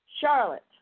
Charlotte